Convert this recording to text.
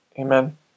amen